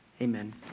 Amen